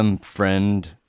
friend